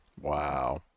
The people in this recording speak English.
wow